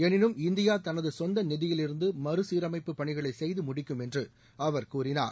எளினும் இந்தியா தனது செந்த நிதியிலிருந்து மறுசீரமைப்பு பணிகளை செய்து முடிக்கும் என்று அவர் கூறினார்